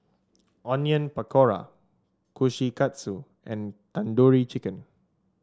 Onion Pakora Kushikatsu and Tandoori Chicken